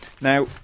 Now